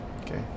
Okay